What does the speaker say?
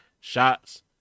shots